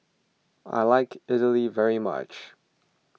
I like Idly very much